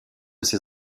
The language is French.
ses